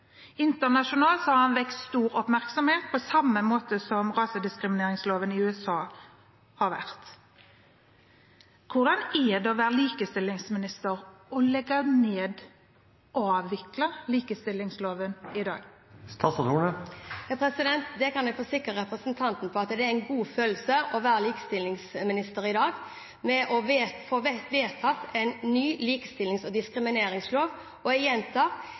Internasjonalt har den vakt stor oppmerksomhet, på samme måte som rasediskrimineringsloven i USA. Hvordan er det å være likestillingsminister og legge ned – avvikle – likestillingsloven i dag? Jeg kan forsikre representanten om at det er en god følelse å være likestillingsminister i dag, når vi får vedtatt en ny likestillings- og diskrimineringslov. Jeg gjentar: